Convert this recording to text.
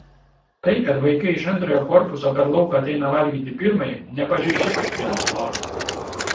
tai kad vaikai iš antrojo korpuso per lauką ateina valgyti į pirmąjį nepažeidžia higienos normų